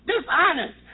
dishonest